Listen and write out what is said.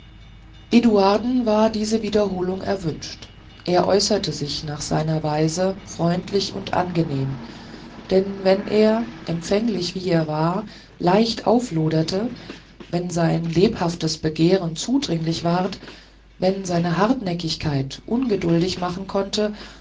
war diese wiederholung erwünscht er äußerte sich nach seiner weise freundlich und angenehm denn wenn er empfänglich wie er war leicht aufloderte wenn sein lebhaftes begehren zudringlich ward wenn seine hartnäckigkeit ungeduldig machen konnte